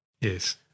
Yes